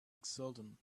exultant